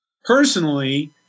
Personally